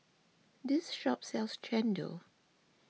this shop sells Chendol